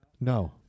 No